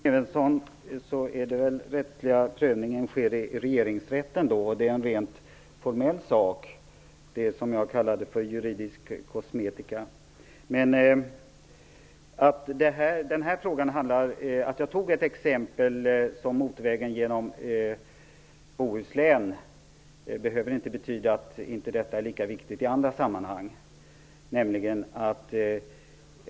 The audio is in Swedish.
Fru talman! Såvitt jag förstår sker då den rättsliga prövningen i Regeringsrätten. Denna prövning är rent formell och något av det som jag kallar för juridisk kosmetika. Att jag tog motorvägen genom Bohuslän som exempel behöver inte betyda att en domstolsprövning inte är lika viktig i andra sammanhang.